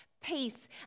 peace